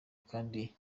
kandi